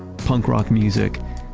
punk rock music,